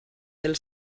del